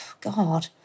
God